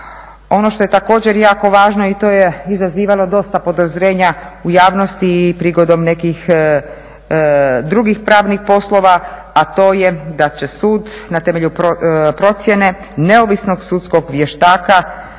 Ono što je također jako važno i to je izazivalo dosta podozrenja u javnosti i prigodom nekih drugih pravnih poslova, a to je da će sud na temelju procjene neovisnog sudskog vještaka